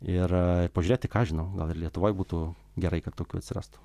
ir pažiūrėti ką aš žinau gal ir lietuvoj būtų gerai kad tokių atsirastų